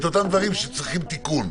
את אותם דברים שצריכים תיקון.